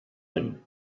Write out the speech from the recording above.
him